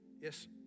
Yes